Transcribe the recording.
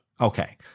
Okay